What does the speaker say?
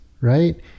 right